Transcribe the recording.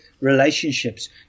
relationships